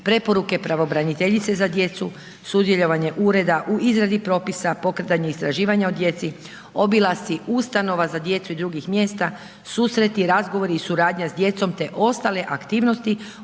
preporuke pravobraniteljice za djecu, sudjelovanje ureda u izradi propisa, pokretanju istraživanja o djeci, obilasci ustanova za djecu i drugih mjesta, susreti i razgovori i suradnja s djecom, te ostale aktivnosti